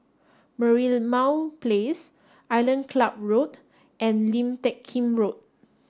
Merlimau Place Island Club Road and Lim Teck Kim Road